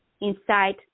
inside